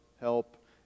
help